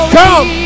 come